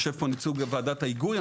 יושב פה נציג ועדת ההיגוי,